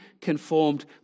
conformed